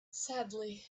sadly